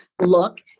look